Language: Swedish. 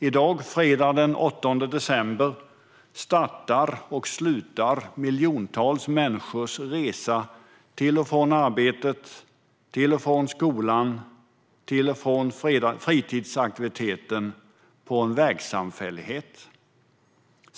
I dag, fredagen den 8 december, startar och slutar miljoner människors resa till och från arbetet, till och från skolan och till och från fritidsaktiviteten på en vägsamfällighet.